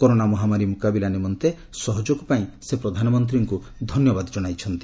corona ମହାମାରୀ ମୁକାବିଲା ନିମନ୍ତେ ସହଯୋଗ ପାଇଁ ସେ ପ୍ରଧାନମନ୍ତ୍ରୀଙ୍କୁ ଧନ୍ୟବାଦ ଜଣାଇଛନ୍ତି